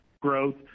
Growth